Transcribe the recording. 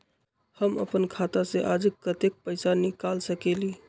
हम अपन खाता से आज कतेक पैसा निकाल सकेली?